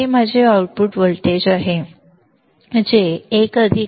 हे माझे output voltage आहे जे 1 R2 R1 आहे